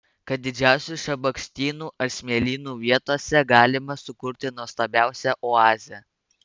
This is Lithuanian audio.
kad didžiausių šabakštynų ar smėlynų vietose galima sukurti nuostabiausią oazę